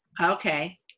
Okay